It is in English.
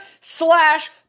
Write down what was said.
slash